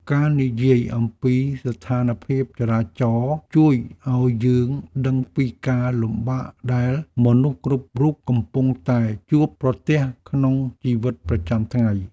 ការនិយាយអំពីស្ថានភាពចរាចរណ៍ជួយឱ្យយើងដឹងពីការលំបាកដែលមនុស្សគ្រប់រូបកំពុងតែជួបប្រទះក្នុងជីវិតប្រចាំថ្ងៃ។